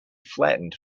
flattened